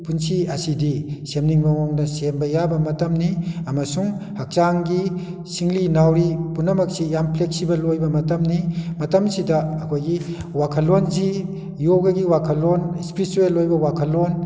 ꯄꯨꯟꯁꯤ ꯑꯁꯤꯗꯤ ꯁꯦꯝꯅꯤꯡꯕ ꯃꯑꯣꯡꯗ ꯁꯦꯝꯕ ꯌꯥꯕ ꯃꯇꯝꯅꯤ ꯑꯃꯁꯨꯡ ꯍꯛꯆꯥꯡꯒꯤ ꯁꯤꯡꯂꯤ ꯅꯥꯎꯔꯤ ꯄꯨꯝꯅꯃꯛꯁꯤ ꯌꯥꯝ ꯐ꯭ꯂꯦꯛꯁꯤꯕꯜ ꯑꯣꯏꯕ ꯃꯇꯝꯅꯤ ꯃꯇꯝꯁꯤꯗ ꯑꯩꯈꯣꯏꯒꯤ ꯋꯥꯈꯜꯂꯣꯟꯁꯤ ꯌꯣꯒꯥꯒꯤ ꯋꯥꯈꯜꯂꯣꯟ ꯏꯁꯄꯤꯔꯤꯆꯨꯋꯦꯜ ꯑꯣꯏꯕ ꯋꯥꯈꯜꯂꯣꯟ